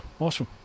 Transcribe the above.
Awesome